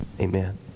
Amen